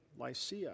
Lycia